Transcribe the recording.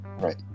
Right